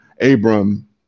Abram